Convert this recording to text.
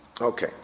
Okay